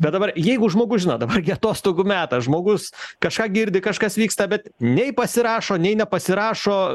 bet dabar jeigu žmogus žino dabar gi atostogų metas žmogus kažką girdi kažkas vyksta bet nei pasirašo nei nepasirašo